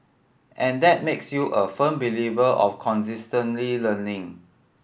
and that makes you a firm believer of consistently learning